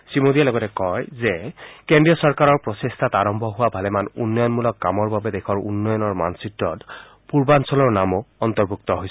শ্ৰীমোডীয়ে লগতে কয় যে কেন্দ্ৰীয় চৰকাৰৰ প্ৰচেষ্টাত আৰম্ভ হোৱা ভালেমান উন্নয়নমূলক কামৰ বাবে দেশৰ উন্নয়নৰ মানচিত্ৰত পূৰ্বাঞ্চলৰ নামো অন্তৰ্ভুক্ত হৈছে